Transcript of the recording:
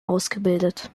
ausgebildet